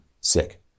sick